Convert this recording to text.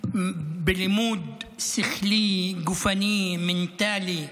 בלימוד שכלי, גופני, מנטלי.